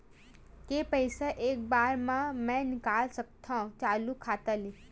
के पईसा एक बार मा मैं निकाल सकथव चालू खाता ले?